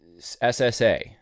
SSA